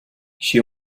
she